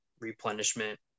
replenishment